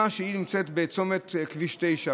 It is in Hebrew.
היא נמצאת בצומת כביש 9,